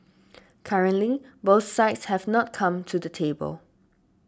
currently both sides have not come to the table